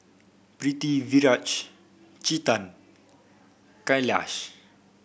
Pritiviraj Chetan Kailash